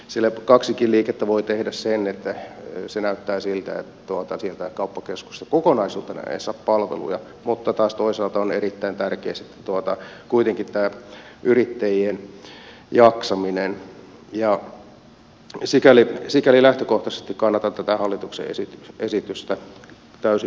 siellä kaksikin liikettä voi tehdä sen että näyttää siltä että sieltä kauppakeskuksesta kokonaisuutena ei saa palveluja mutta taas toisaalta on erittäin tärkeä sitten kuitenkin tämä yrittäjien jaksaminen ja sikäli lähtökohtaisesti kannatan tätä hallituksen esitystä täysimääräisesti